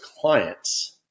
clients